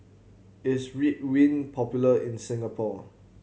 is Ridwind popular in Singapore